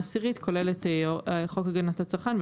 כולל את חוק הגנת הצרכן,